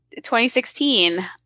2016